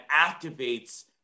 activates